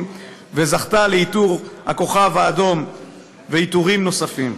וזכתה לעיטור הכוכב האדום ועיטורים נוספים.